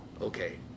okay